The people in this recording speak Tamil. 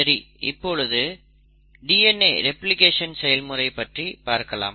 சரி இப்பொழுது DNA ரெப்ளிகேஷன் செயல்முறை பற்றி பார்க்கலாம்